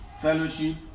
fellowship